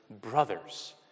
brothers